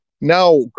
Now